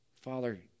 Father